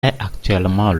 actuellement